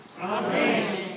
Amen